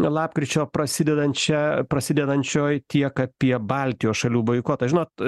lapkričio prasidedančią prasidedančioj tiek apie baltijos šalių boikotą žinot